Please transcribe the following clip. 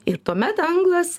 ir tuomet anglas